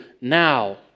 now